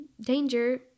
danger